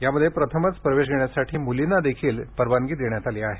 यामध्ये प्रथमच प्रवेश घेण्यासाठी मुलींना देखील परवानगी देण्यात आली आहे